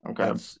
Okay